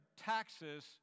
taxes